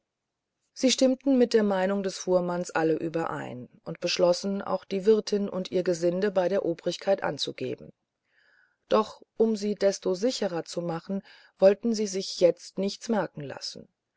sie stimmten mit der meinung des fuhrmanns alle überein und beschlossen auch die wirtin und ihr gesinde bei der obrigkeit anzugeben doch um sie desto sicherer zu machen wollten sie sich jetzt nichts merken lassen